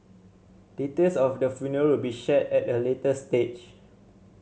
details of the funeral will be shared at a later stage